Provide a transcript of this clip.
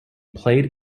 played